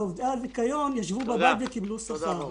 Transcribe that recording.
עובדי הניקיון אצלנו ישבו בבית וקיבלו שכר.